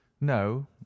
no